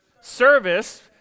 service